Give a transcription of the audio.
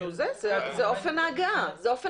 זה אופן ההגעה.